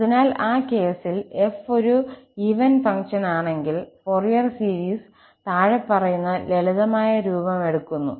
അതിനാൽ ആ കേസിൽ 𝑓 ഒരു ഇരട്ട ഫംഗ്ഷനാണെങ്കിൽ ഫോറിയർ സീരീസ് താഴെ പറയുന്ന ലളിതമായ രൂപം എടുക്കുന്നു